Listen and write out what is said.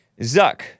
Zuck